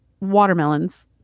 watermelons